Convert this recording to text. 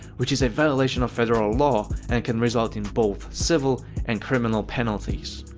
which is a violation of federal law and can result in both civil and criminal penalties.